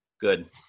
good